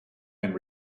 and